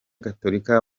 gatolika